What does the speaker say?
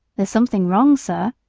there's something wrong, sir,